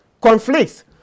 conflicts